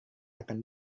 akan